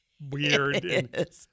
weird